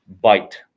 bite